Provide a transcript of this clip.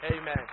Amen